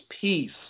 peace